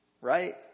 Right